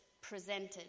presented